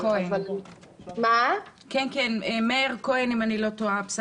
מאיר כהן, אם אני לא טועה.